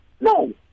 No